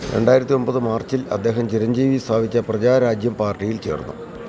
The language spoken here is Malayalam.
രണ്ടായിരത്തി ഒന്പത് മാർച്ചിൽ അദ്ദേഹം ചിരഞ്ജീവി സ്ഥാപിച്ച പ്രജാരാജ്യം പാർട്ടിയിൽ ചേർന്നു